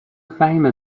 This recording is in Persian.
فهیمه